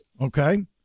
okay